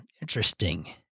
interesting